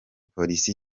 police